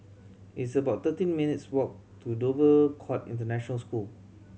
it's about thirteen minutes' walk to Dover Court International School